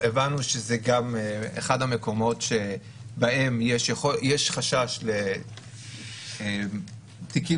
שהבנו שגם זה מקום שיש חשש שאלה תיקים